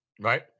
Right